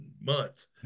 months